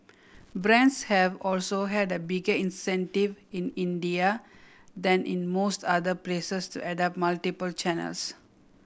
brands have also had a bigger incentive in India than in most other places to adopt multiple channels